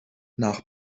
nach